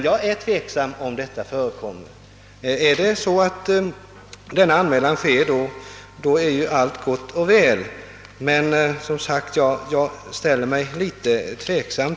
Sker anmälan är det barnavårdsnämndens sak att handla, men jag är som sagt tveksam.